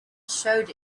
showed